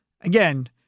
again